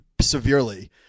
severely